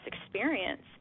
experience